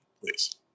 please